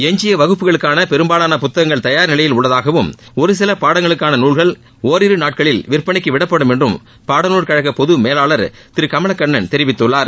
எஞ்சிய வகுப்புகளுக்கான பெரும்பாலான புத்தகங்கள் தயார் நிலையில் உள்ளதாகவும் ஒரு சில பாடங்களுக்கான நூல்கள் ஒரிரு நாட்களில் விற்பனைக்கு விடப்படும் என்றும் பாடநூல் கழக பொது மேலாளர் திரு கமலக்கண்ணன் தெரிவித்துள்ளார்